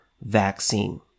vaccine